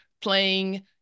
playing